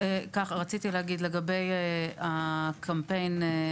רציתי להגיד לגבי הקמפיין.